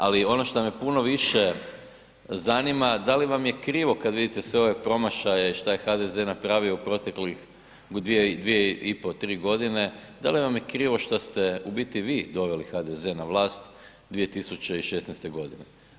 Ali, ono što me puno više zanima, da li vam je krivo kad vidite sve ove promašaje što je HDZ napravio u proteklih 2 i pol, 3 godine, da li vam je krivo što ste u biti vi doveli HDZ na vlast 2016. godine.